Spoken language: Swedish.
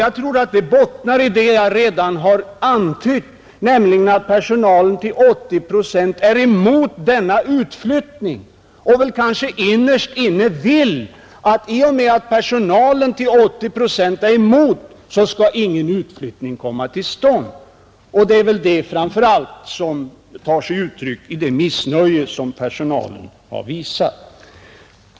Jag tror det bottnar i det som jag redan har antytt, nämligen att personalen till 80 procent är emot denna utflyttning och kanske innerst inne hoppas att ingen utflyttning skall komma stånd. Det är väl framför allt det som tar sig uttryck i det missnöje personalen har visat beträffande informationen.